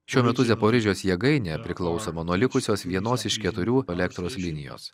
šiuo metu zeporižės jėgainė priklausoma nuo likusios vienos iš keturių elektros linijos